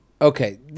Okay